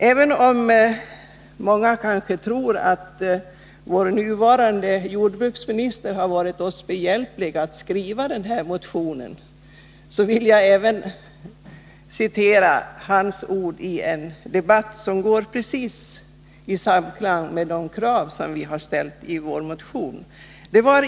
Även om många kanske tror att vår nuvarande jordbruksminister har varit oss behjälplig att skriva den här motionen vill jag citera hans ord som står precis i samklang med de krav vi ställt i vår motion.